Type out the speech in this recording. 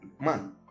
man